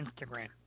Instagram